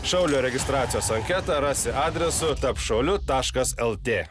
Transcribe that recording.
šaulio registracijos anketą rasi adresu tapk šauliu taškas lt